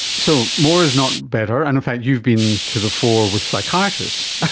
so more is not better and in fact you've been to the fore with psychiatrists,